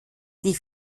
die